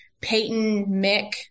Peyton-Mick